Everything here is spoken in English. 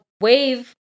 wave